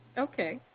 okay.